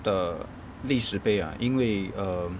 的历史备案 ah 因为 err